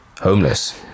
homeless